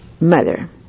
Mother